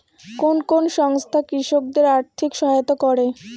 কোন কোন সংস্থা কৃষকদের আর্থিক সহায়তা করে?